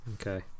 Okay